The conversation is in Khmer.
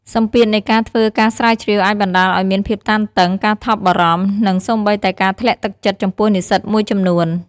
សម្ពាធនៃការធ្វើការស្រាវជ្រាវអាចបណ្តាលឱ្យមានភាពតានតឹង ការថប់បារម្ភ និងសូម្បីតែការធ្លាក់ទឹកចិត្តចំពោះនិស្សិតមួយចំនួន។